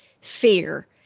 fear